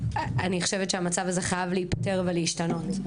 המצב הזה חייב להיפתר ולהשתנות.